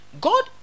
God